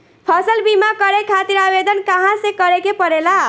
फसल बीमा करे खातिर आवेदन कहाँसे करे के पड़ेला?